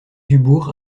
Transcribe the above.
dubourg